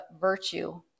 virtue